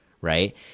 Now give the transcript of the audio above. right